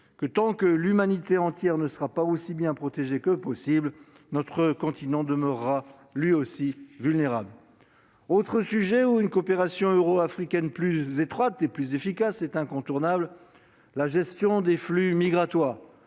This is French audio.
que, tant que l'humanité entière ne sera pas aussi bien protégée que possible, notre continent demeurera lui aussi vulnérable. Autre sujet pour lequel une coopération euro-africaine plus étroite et plus efficace est incontournable : la gestion des flux migratoires,